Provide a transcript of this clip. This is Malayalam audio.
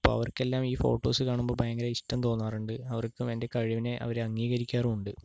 അപ്പോൾ അവർക്കെല്ലാം ഈ ഫോട്ടോസ് കാണുമ്പോൾ ഭയങ്കര ഇഷ്ട്ടം തോന്നാറുണ്ട് അവര്ക്ക് വേണ്ടി എൻ്റെ കഴിവിനെ അംഗീകരിക്കാറും ഉണ്ട്